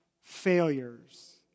failures